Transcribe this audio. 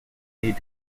need